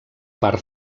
part